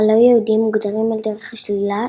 הלא-יהודים מוגדרים על דרך השלילה,